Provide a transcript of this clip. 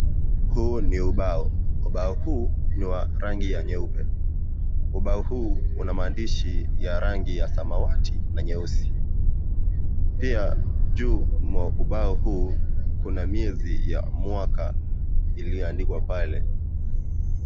Huu ni ubao, ubao huu ni wa rangi ya nyeupe, ubao huu unamaandishi ya rangi ya samawati na nyeusi pia juu mwa ubao huu kuna miezi ya mwaka iliyoandikwa pale.